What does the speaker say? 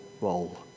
role